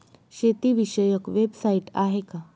शेतीविषयक वेबसाइट आहे का?